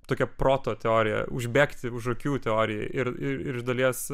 tokia proto teorija užbėgti už akių teorijai ir ir iš dalies